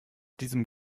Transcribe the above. diesem